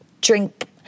Drink